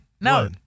No